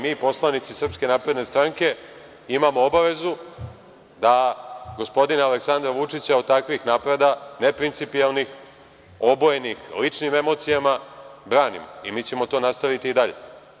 Mi poslanici SNS imamo obavezu da gospodina Aleksandra Vučića od takvih napada, neprincipijelnih, obojenih ličnim emocijama, branimo i mi ćemo to da nastavimo i dalje.